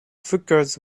hookahs